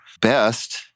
best